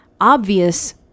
obvious